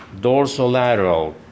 dorsolateral